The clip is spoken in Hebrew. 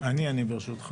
אני מנהל המרכז,